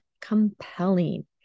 compelling